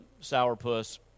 sourpuss